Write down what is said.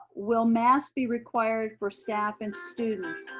will masks be required for staff and students?